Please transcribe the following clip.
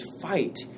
fight